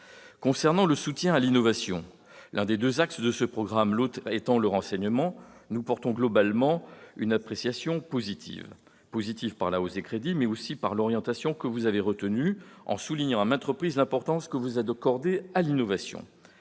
concerne le soutien à l'innovation, qui constitue l'un des deux axes de ce programme, l'autre étant le renseignement, nous portons, globalement, une appréciation positive, du fait, non seulement, de la hausse des crédits, mais aussi de l'orientation que vous avez retenue, en soulignant à maintes reprises l'importance que vous accordez à l'innovation.